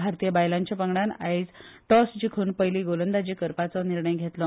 भारतीय बायलांच्या पंगडान आयज टॉस जिखून पयली गोलंदाजी करपाचो निर्णय घेतलो